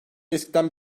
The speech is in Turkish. eskiden